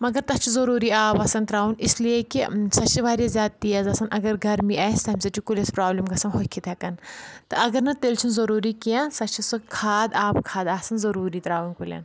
مَگر تَتھ چھُ ضروٗری آب آسان تراوُن اِسلِے کہِ سۄ چھ واریاہ زیادٕ تیز آسان اَگر گَرَمی آسہِ تمہِ سۭتۍ چھ کُلِس پرابِلم گَژھان ہۄکھِتھ ہؠکان تہٕ اَگر نہٕ تیٚلہِ چھُ ضروٗری کینٛہہ سۄ چھ سُہ کھاد آبہٕ کھاد آسان ضروٗری تراوٕنۍ کُلؠن